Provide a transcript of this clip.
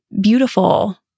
beautiful